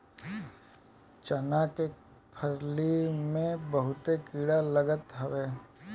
चना के फली में बहुते कीड़ा लागत हवे